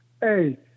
Hey